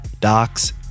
Docs